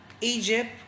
Egypt